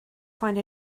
find